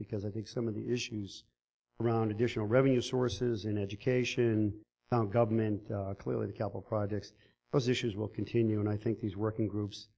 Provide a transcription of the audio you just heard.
because i think some of the issues around additional revenue sources in education sound government clearly capital projects physicians will continue and i think he's working groups